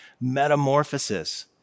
metamorphosis